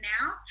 now